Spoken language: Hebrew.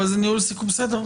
בסדר,